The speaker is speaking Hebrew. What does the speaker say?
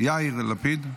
יאיר לפיד?